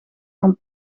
van